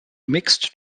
mixed